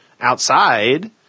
outside